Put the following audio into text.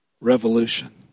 revolution